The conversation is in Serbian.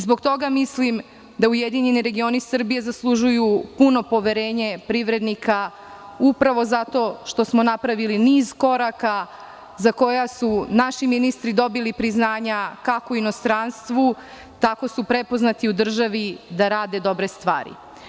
Zbog toga mislim da URS zaslužuju puno poverenje privrednika upravo zato što smo napravili niz koraka za koja su naši ministri dobili priznanja kako u inostranstvu tako su prepoznati u državi da rade dobre stvari.